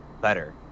better